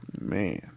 man